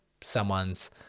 someone's